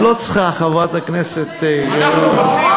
את לא צריכה, חברת הכנסת, אנחנו רוצים,